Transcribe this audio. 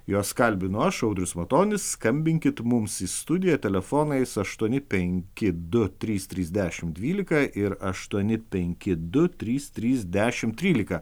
juos kalbinu aš audrius matonis skambinkit mums į studiją telefonais aštuoni penki du trys trys dešimt dvylika ir aštuoni penki du trys trys dešimt trylika